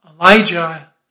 Elijah